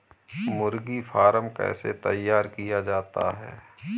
मुर्गी फार्म कैसे तैयार किया जाता है?